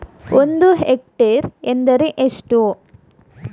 ಒಂದು ಹೆಕ್ಟೇರ್ ಎಂದರೆ ಎಷ್ಟು?